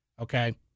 Okay